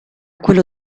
quello